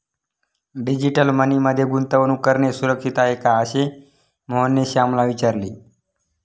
digital money मध्ये गुंतवणूक करणे सुरक्षित आहे का, असे मोहनने श्यामला विचारले